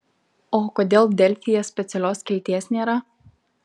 o kodėl delfyje specialios skilties nėra